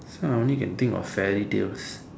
uh I only can think of fairy tales